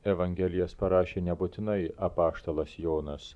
evangelijas parašė nebūtinai apaštalas jonas